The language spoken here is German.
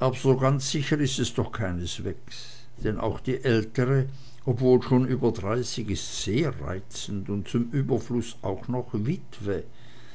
aber so ganz sicher ist es doch keineswegs denn auch die ältere wiewohl schon über dreißig ist sehr reizend und zum überfluß auch noch witwe